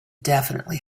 definitely